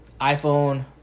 iPhone